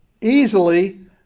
Easily